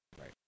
right